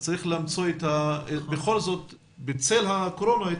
צריך בכל זאת למצוא בצל קורונה את